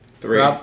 three